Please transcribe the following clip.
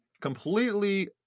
completely